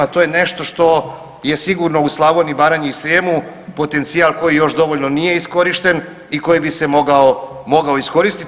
To je nešto što je sigurno u Slavoniji, Baranji i Srijemu potencijal koji još dovoljno nije iskorišten i koji bi se mogao iskoristiti.